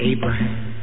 Abraham